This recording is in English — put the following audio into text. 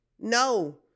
No